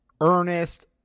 Ernest